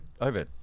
over